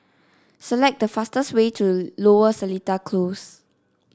select the fastest way to Lower Seletar Close